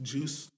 Juice